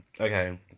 okay